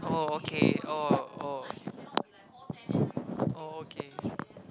oh okay oh oh oh okay